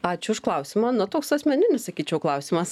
ačiū už klausimą na toks asmeninis sakyčiau klausimas